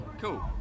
cool